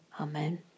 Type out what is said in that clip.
Amen